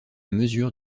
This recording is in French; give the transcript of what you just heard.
mesure